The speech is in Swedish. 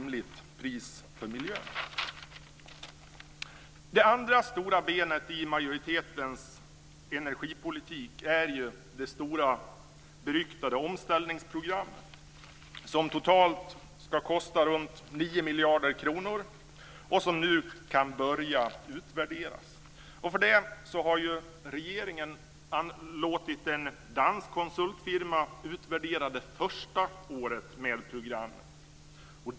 Det andra benet i majoritetens energipolitik är det stora och beryktade omställningsprogrammet, som totalt ska kosta runt 9 miljarder kronor och som man nu kan börja att utvärdera. Regeringen har låtit en dansk konsultfirma utvärdera det första året med programmet.